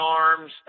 arms